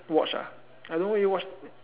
watch ah I don't really watch